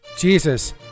Jesus